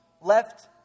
left